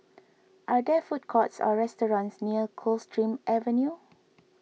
are there food courts or restaurants near Coldstream Avenue